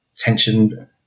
tension